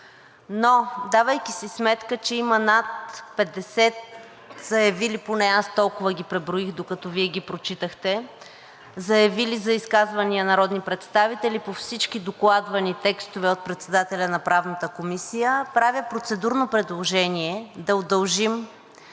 но давайки си сметка, че има над 50 заявили, поне аз толкова ги преброих, докато Вие ги прочитахте, за изказвания народни представители по всички докладвани текстове от председателя на Правната комисия, правя процедурно предложение да удължим